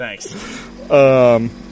Thanks